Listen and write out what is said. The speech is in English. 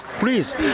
Please